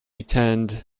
tend